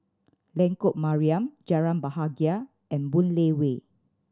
Lengkok Mariam Jalan Bahagia and Boon Lay Way